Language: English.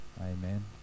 Amen